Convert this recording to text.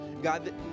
God